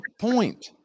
point